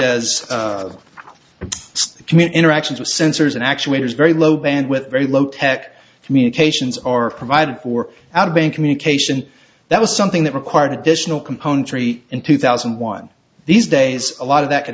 as a commune interactions with sensors and actuators very low bandwidth very low tech communications are provided for out of bank communication that was something that required additional componentry in two thousand and one these days a lot of that could